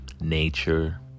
nature